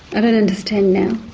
and and understand now.